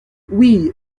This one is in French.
oui